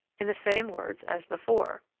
in the same words as before.